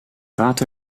loopt